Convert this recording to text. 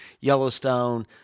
Yellowstone